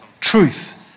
Truth